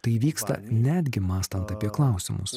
tai vyksta netgi mąstant apie klausimus